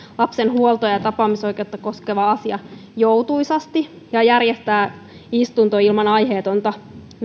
lapsen huolto ja tapaamisoikeutta koskeva asia joutuisasti ja järjestää istunto ilman aiheetonta